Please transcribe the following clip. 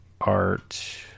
art